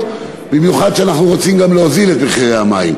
במיוחד כשאנחנו רוצים גם להוזיל את מחירי המים,